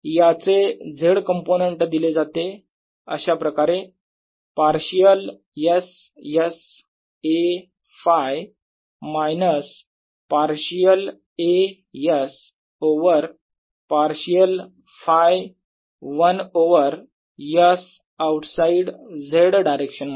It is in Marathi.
याचे z कंपोनेंट दिले जाते अशाप्रकारे partial s s A Φ minus partial A s over partial Φ 1 over s outside z direction मध्ये